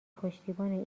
پشتیبان